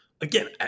Again